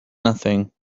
nothing